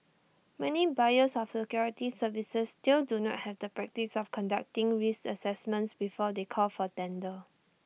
many buyers of security services still do not have the practice of conducting risk assessments before they call for tender